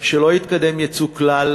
שלא יתקיים ייצוא כלל,